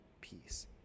peace